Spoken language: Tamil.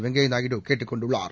வெங்கையா நாயுடு கேட்டுக் கொண்டுள்ளார்